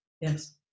Yes